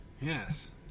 Yes